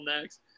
next